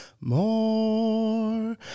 more